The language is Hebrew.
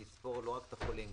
שיספור לא רק את החולים,